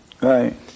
Right